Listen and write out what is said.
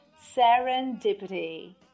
Serendipity